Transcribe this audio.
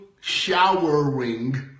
showering